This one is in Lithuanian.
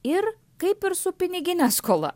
ir kaip ir su pinigine skola